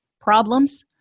problems